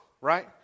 right